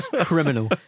criminal